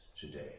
today